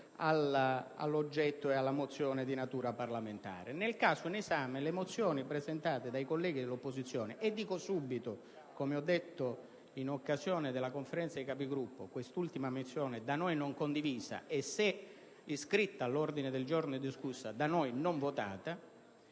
all'oggetto della mozione di natura parlamentare. Nel caso in esame le mozioni presentate dai colleghi dell'opposizione - come ho detto subito in occasione della Conferenza dei Capigruppo - quest'ultima mozione - da noi non condivisa e, se iscritta all'ordine del giorno e discussa, destinata